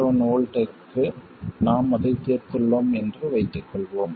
7 V க்கு நாம் அதைத் தீர்த்துள்ளோம் என்று வைத்துக்கொள்வோம்